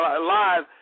Live